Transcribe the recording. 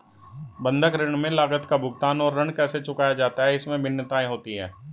बंधक ऋण में लागत का भुगतान और ऋण कैसे चुकाया जाता है, इसमें भिन्नताएं होती हैं